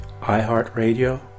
iHeartRadio